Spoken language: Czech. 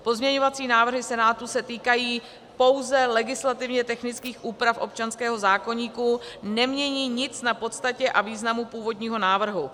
Pozměňovací návrhy Senátu se týkají pouze legislativně technických úprav občanského zákoníku, nemění nic na podstatě a významu původního návrhu.